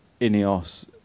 Ineos